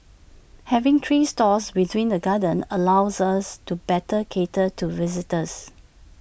having three stores within the gardens allows us to better cater to visitors